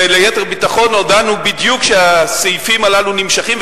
וליתר ביטחון הודענו בדיוק שהסעיפים הללו נמשכים,